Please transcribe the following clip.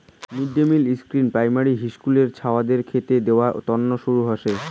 mid day meal scheme primary হিস্কুলের ছাওয়াদের খেতে দেয়ার তন্ন শুরু হসে